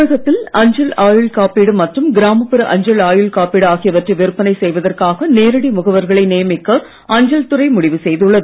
தமிழகத்தில் அஞ்சல் ஆயுள் காப்பீடு மற்றும் கிராமப்புற அஞ்சல் ஆயுள் காப்பீடு ஆகியவற்றை விற்பனை செய்வதற்காக நேரடி முகவர்களை நியமிக்க அஞ்சல் துறை முடிவு செய்துள்ளது